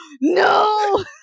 No